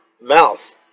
mouth